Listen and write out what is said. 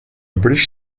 british